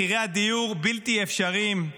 מחירי הדיור בלתי אפשריים,